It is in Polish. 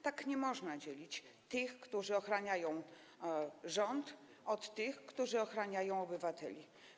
Tak nie można dzielić na tych, którzy ochraniają rząd, i tych, którzy ochraniają obywateli.